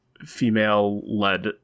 female-led